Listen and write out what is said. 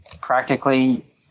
practically